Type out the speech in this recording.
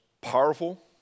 powerful